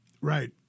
Right